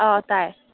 ꯑꯥ ꯇꯥꯏ